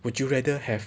would you rather have